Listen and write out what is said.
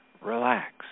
relax